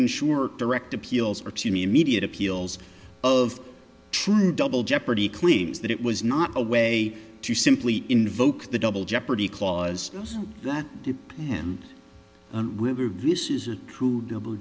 ensure direct appeals are to me immediate appeals of true double jeopardy clean's that it was not a way to simply invoke the double jeopardy clause that and this is a true double